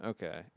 Okay